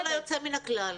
לא על היוצא מן הכלל.